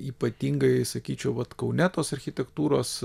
ypatingai sakyčiau vat kaune tos architektūros